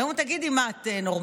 היו אומרים: תגידי, מה, את נורמלית?